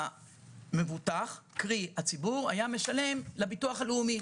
שהמבוטח, קרי הציבור, היה משלם לביטוח הלאומי.